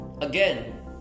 again